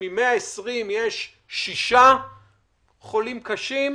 מתוך 120, יש 6 חולים קשים,